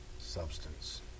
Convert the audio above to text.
substance